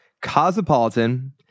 Cosmopolitan